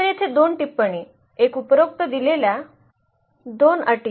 तर येथे 2 टिपण्णी एक उपरोक्त दिलेल्या 2 अटी